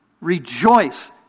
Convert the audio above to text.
rejoice